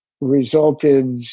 resulted